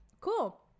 Cool